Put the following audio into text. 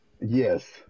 Yes